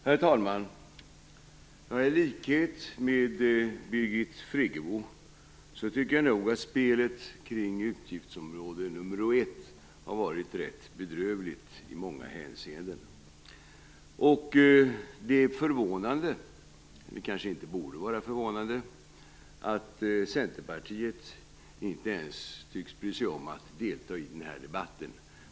Herr talman! I likhet med Birgit Friggebo tycker jag nog att spelet kring utgiftsområde 1 har varit rätt bedrövligt i många hänseenden. Det är förvånande - men det kanske inte borde vara förvånande - att Centerpartiet inte ens tycks bry sig om att delta i den här debatten.